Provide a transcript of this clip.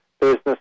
business